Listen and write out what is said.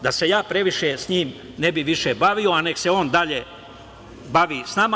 Da se ja previše s njim ne bi više bavio, a neka se on dalje bavi s nama.